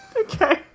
Okay